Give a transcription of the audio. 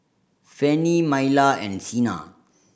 Fanny Myla and Cena